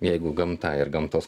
jeigu gamta ir gamtos